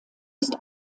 ist